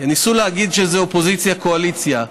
ניסו להגיד שזה אופוזיציה קואליציה.